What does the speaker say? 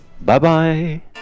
Bye-bye